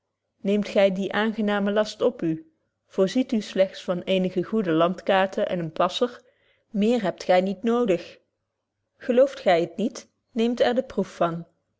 neemt gy dien aangenamen last op u voorziet u slegts van eenige goede landkaarten en een passer meer hebt gy niet nodig gelooft gy t niet neemt er de proef van